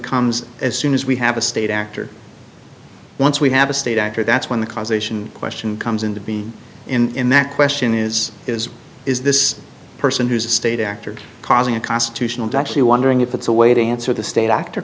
comes as soon as we have a state actor once we have a state actor that's when the causation question comes into being in that question is is is this person who's a state actor causing a constitutional to actually wondering if it's a way to answer the state actor